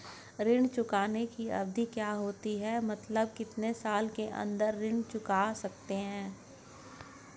ऋण चुकाने की अवधि क्या होती है मतलब कितने साल के अंदर ऋण चुका सकते हैं?